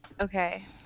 Okay